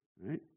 right